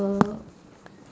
err